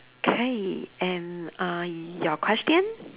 okay and uh your question